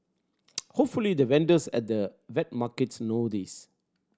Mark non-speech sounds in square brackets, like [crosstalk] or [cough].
[noise] hopefully the vendors at the wet markets know this